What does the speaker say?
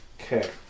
Okay